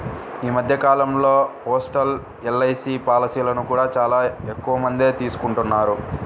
ఈ మధ్య కాలంలో పోస్టల్ ఎల్.ఐ.సీ పాలసీలను కూడా చాలా ఎక్కువమందే తీసుకుంటున్నారు